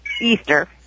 Easter